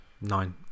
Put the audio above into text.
nine